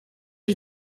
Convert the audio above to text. est